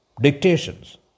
Dictations